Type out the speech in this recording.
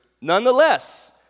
Nonetheless